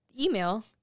email